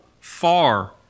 far